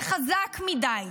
זה חזק מדי,